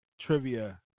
trivia